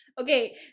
Okay